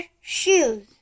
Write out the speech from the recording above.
Shoes